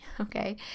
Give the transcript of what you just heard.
Okay